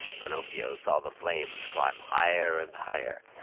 pinocchio saw the flames climb higher and higher.